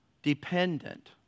Dependent